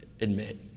admit